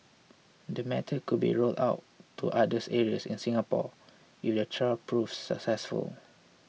the method could be rolled out to others areas in Singapore if the trial proves successful